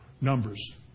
Numbers